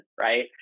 right